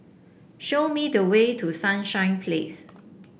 show me the way to Sunshine Place